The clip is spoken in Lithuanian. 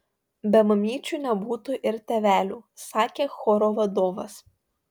be mamyčių nebūtų ir tėvelių sakė choro vadovas